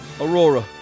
Aurora